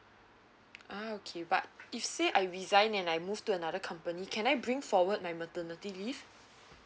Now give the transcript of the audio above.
ah okay but if say I resign and I move to another company can I bring forward my maternity leave